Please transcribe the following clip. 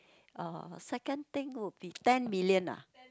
uh second thing would be ten million ah